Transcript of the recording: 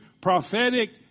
prophetic